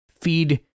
feed